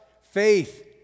faith